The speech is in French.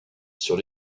sur